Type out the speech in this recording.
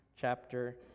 chapter